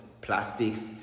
Plastics